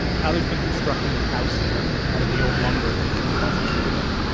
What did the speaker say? tyler's been constructing his house there out of the old lumber that was in the buses he took.